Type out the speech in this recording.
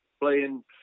playing